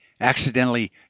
accidentally